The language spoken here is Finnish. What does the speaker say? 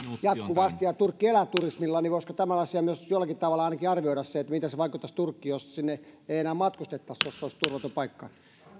jatkuvasti ja turkki elää turismilla niin voisiko myös jollakin tavalla ainakin arvioida sen että miten se vaikuttaisi turkkiin jos sinne ei enää matkustettaisi jos se olisi turvaton paikka